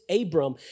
Abram